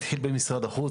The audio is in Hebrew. התחיל במשרד החוץ,